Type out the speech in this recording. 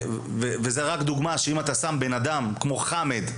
וזו רק דוגמה שאם אתה שם בן-אדם כמו חמד,